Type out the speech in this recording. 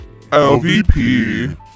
lvp